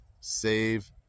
Save